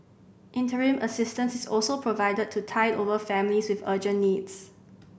interim assistance is also provided to tide over families with urgent needs